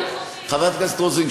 חברת הכנסת רוזין,